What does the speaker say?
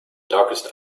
darkest